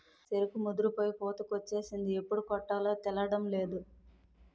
సెరుకు ముదిరిపోయి పూతకొచ్చేసింది ఎప్పుడు కొట్టాలో తేలడంలేదు